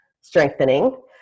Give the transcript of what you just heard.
strengthening